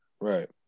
Right